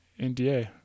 nda